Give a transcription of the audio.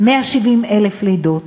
170,000 לידות,